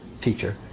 teacher